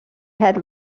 had